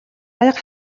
аяга